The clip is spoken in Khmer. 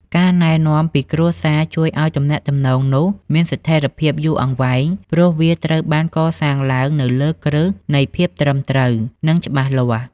ការណែនាំពីគ្រួសារជួយឱ្យទំនាក់ទំនងនោះមានស្ថិរភាពយូរអង្វែង ព្រោះវាត្រូវបានកសាងឡើងនៅលើគ្រឹះនៃភាពត្រឹមត្រូវ និងច្បាស់លាស់។